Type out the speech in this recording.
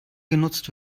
genutzt